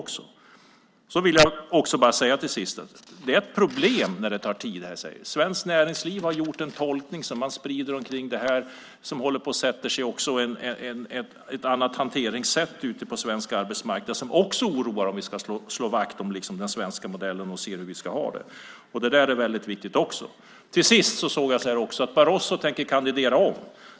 Till sist vill jag säga att det är ett problem att det tar tid. Svenskt Näringsliv har gjort en tolkning som man sprider omkring, och man håller på att införa ett annat hanteringssätt på den svenska arbetsmarknaden. Det oroar också, om vi nu ska slå vakt om den svenska modellen. Det där är väldigt viktigt också. Allra sist: Barroso tänker kandidera om.